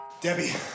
Debbie